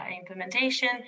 implementation